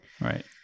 Right